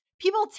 people